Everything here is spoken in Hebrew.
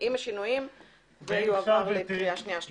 התקבל ויועבר לקריאה שנייה ושלישית.